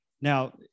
Now